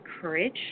courage